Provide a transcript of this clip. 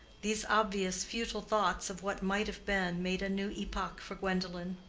these obvious, futile thoughts of what might have been, made a new epoch for gwendolen.